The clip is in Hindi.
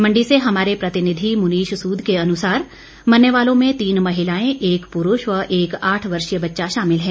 मंडी से हमारे प्रतिनिधि मुनीष सूद के अनुसार मरने वालों में तीन महिलाएं एक पुरुष व एक आठ वर्षीय बच्चा शामिल है